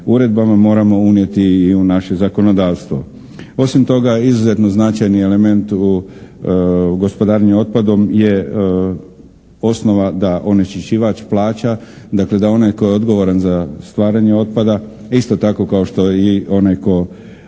uredbama, moramo unijeti i u naše zakonodavstvo. Osim toga, izuzetno značajni element u gospodarenju otpadom je osnova da onečišćivač plaća, dakle da onaj tko je odgovoran za stvaranje otpada isto tako kao što je i onaj tko